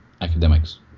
academics